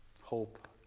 hope